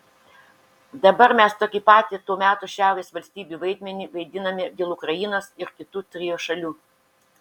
dabar mes tokį patį to meto šiaurės valstybių vaidmenį vaidiname dėl ukrainos ir kitų trio šalių